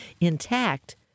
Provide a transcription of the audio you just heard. intact